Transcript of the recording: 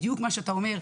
בדיוק מה שאתה אומר,